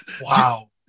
wow